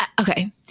Okay